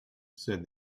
said